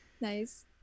Nice